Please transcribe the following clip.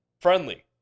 friendly